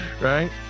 right